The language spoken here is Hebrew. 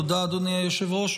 תודה, אדוני היושב-ראש.